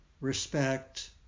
respect